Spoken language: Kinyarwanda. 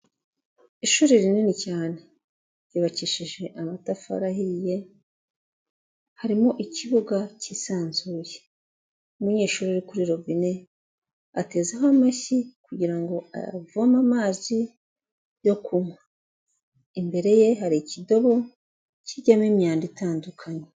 Ishuri rinini cyane. Ryubakishije amatafari ahiye, harimo ikibuga cyisanzuye. Umunyeshuri uri kuri robine, atezeho amashyi kugira ngo avome amazi yo kunywa. Imbere ye hari ikidobo kijyamo imyanda itandukanye.